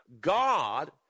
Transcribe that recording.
God